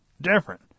different